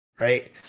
Right